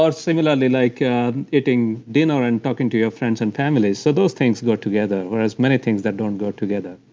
ah similarly, like eating dinner and talking to your friends and family, so those things go together, whereas many things that don't go together.